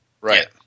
right